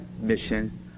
mission